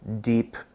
deep